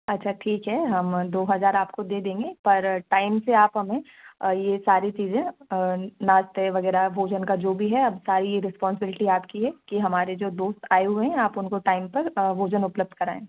अच्छा ठीक है हम दो हज़ार आपको दे देंगे पर टाइम से आप हमें ये सारी चीज़ें नाश्ता वग़ैरह भोजन का जो भी है अब सारी ये रेस्पोंसबिलटी आपकी है कि हमारे जो दोस्त आए हुए हैं आप उनको टाइम पर भोजन उपलब्ध कराएँ